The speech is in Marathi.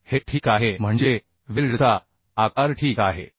तर हे ठीक आहे म्हणजे वेल्डचा आकार ठीक आहे